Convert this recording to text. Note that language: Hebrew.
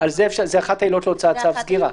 אפשר להוציא צו סגירה.